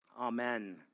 Amen